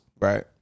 Right